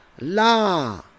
La